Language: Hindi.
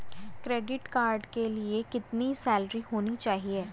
क्रेडिट कार्ड के लिए कितनी सैलरी होनी चाहिए?